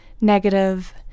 negative